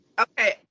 Okay